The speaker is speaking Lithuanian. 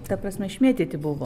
ta prasme išmėtyti buvo